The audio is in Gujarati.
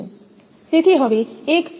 તેથી હવે એક ઉદાહરણ પર આવો